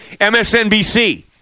MSNBC